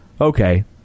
Okay